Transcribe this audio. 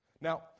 Now